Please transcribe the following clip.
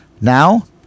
Now